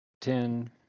Ten